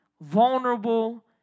vulnerable